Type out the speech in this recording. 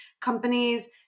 companies